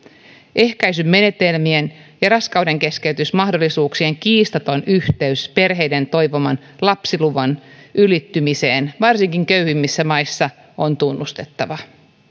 ehkäisymenetelmien ja raskaudenkeskeytysmahdollisuuksien kiistaton yhteys perheiden toivoman lapsiluvun ylittymiseen varsinkin köyhimmissä maissa on tunnustettava